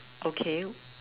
okay